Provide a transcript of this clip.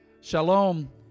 Shalom